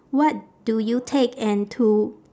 what do you take and to